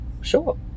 Sure